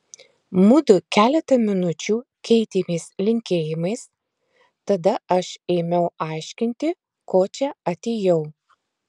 mudu keletą minučių keitėmės linkėjimais tada aš ėmiau aiškinti ko čia atėjau